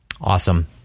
Awesome